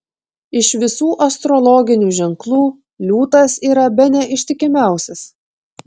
iš visų astrologinių ženklų liūtas yra bene ištikimiausias